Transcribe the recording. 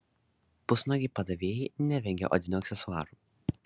pusnuogiai padavėjai nevengia odinių aksesuarų